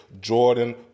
Jordan